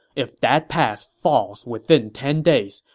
if that pass falls within ten days,